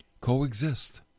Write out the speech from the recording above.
Coexist